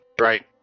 Right